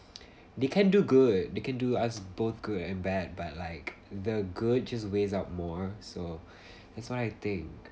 they can do good they can do as both good and bad but like the good just weigh out more so that's what I think